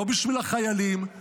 לא בשביל החיילים,